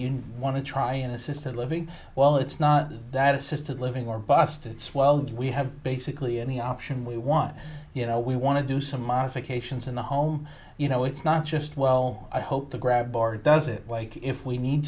you want to try an assisted living well it's not that assisted living or bust it's well we have basically any option we want you know we want to do some modifications in the home you know it's not just well i hope to grab or does it if we need